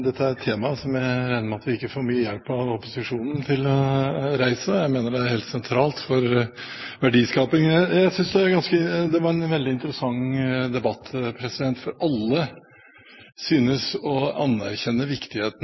dette er et tema som jeg regner med at vi ikke får mye hjelp av opposisjonen til å reise. Jeg mener det er helt sentralt for verdiskaping. Jeg synes det har vært en veldig interessant debatt, for alle synes å anerkjenne viktigheten